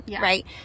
right